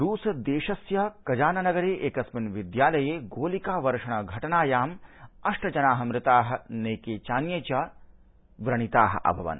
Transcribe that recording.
रूस देशस्य कजान नगरे एकस्मिन् विद्यालये गोलिका वर्षण घटनायाम् अष्ट जनाः मृताः नैके च अन्ये व्रणिताः अभवन्